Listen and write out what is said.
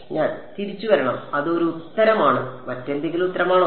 ഞാൻ തിരിച്ചുവരണം അത് ഒരു ഉത്തരമാണ് മറ്റേതെങ്കിലും ഉത്തരമാണോ